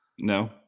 no